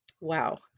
wow